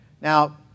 Now